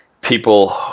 people